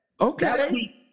Okay